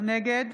נגד